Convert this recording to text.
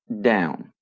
down